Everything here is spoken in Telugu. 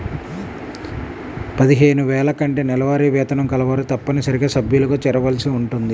పదిహేను వేల కంటే నెలవారీ వేతనం కలవారు తప్పనిసరిగా సభ్యులుగా చేరవలసి ఉంటుంది